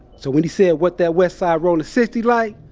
so, when he said, what that west side rollin sixty like?